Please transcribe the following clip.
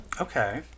Okay